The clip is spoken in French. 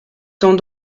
tend